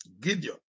Gideon